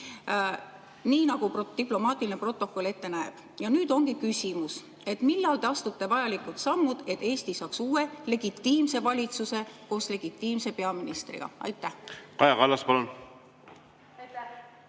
nii nagu diplomaatiline protokoll ette näeb. Nüüd mul ongi küsimus, et millal te astute vajalikud sammud, et Eesti saaks uue, legitiimse valitsuse koos legitiimse peaministriga. Aitäh,